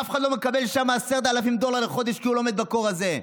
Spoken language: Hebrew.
אף אחד לא מקבל שם 10,000 דולר בחודש כי הוא לומד בקור הזה.